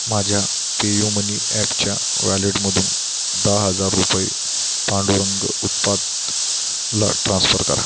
माझ्या पेयुमनी ॲपच्या वॅलेटमधून दहा हजार रुपये पांडुरंग उत्पातला ट्रान्सफर करा